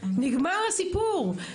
נגמר הסיפור.